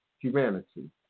humanity